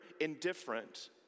indifferent